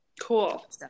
Cool